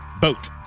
Boat